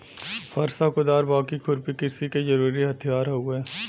फरसा, कुदार, बाकी, खुरपी कृषि के जरुरी हथियार हउवे